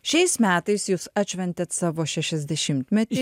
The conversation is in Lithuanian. šiais metais jūs atšventėt savo šešiasdešimtmetį